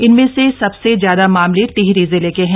इनमें से सबसे ज्यादा मामले टिहरी जिले के हैं